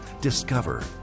Discover